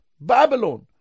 Babylon